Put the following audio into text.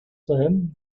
them